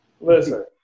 Listen